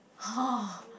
!huh!